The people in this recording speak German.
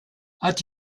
hat